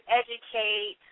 educate